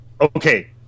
okay